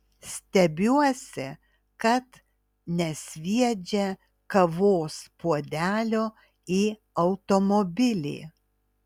stebiuosi kad nesviedžia kavos puodelio į automobilį